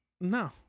no